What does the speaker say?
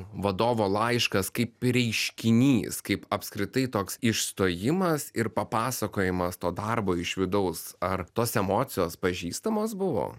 vadovo laiškas kaip reiškinys kaip apskritai toks išstojimas ir papasakojimas to darbo iš vidaus ar tos emocijos pažįstamos buvo